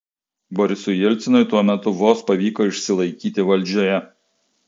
borisui jelcinui tuo metu vos pavyko išsilaikyti valdžioje